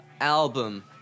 album